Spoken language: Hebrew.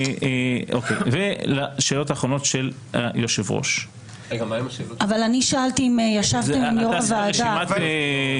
אני שאלתי אם ישבתם עם יו"ר הוועדה.